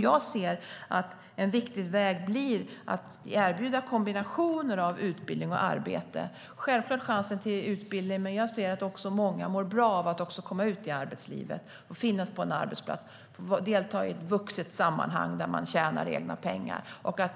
Jag ser att en viktig väg blir att erbjuda kombinationer av utbildning och arbete. Självklart ska vi ge chansen till utbildning, men jag ser också att många mår bra av att komma ut i arbetslivet, vara på en arbetsplats och delta i ett vuxet sammanhang där man tjänar egna pengar.